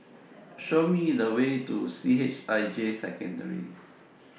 Show Me The Way to C H I J Secondary